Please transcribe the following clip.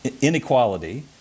inequality